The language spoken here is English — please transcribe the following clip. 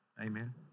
Amen